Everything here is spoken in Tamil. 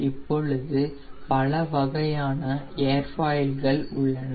இப்பொழுது பல வகையான ஏர்ஃபாயில்கள் உள்ளன